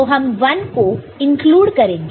तो हम 1 को इंक्लूड करेंगे